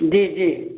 जी जी